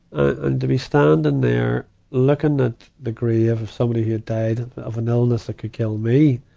ah and to be standing there looking at the grave of somebody who had died of an illness that can kill me,